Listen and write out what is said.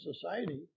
society